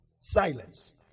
Silence